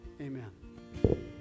Amen